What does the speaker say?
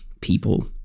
people